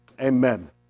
amen